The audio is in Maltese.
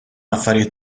affarijiet